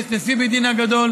יש נשיא בית הדין הגדול.